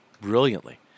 brilliantly